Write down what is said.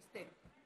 דיסטֵל.